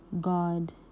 God